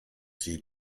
sie